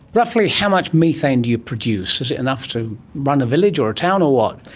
roughly how much methane do you produce? is it enough to run a village or a town or what?